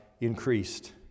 increased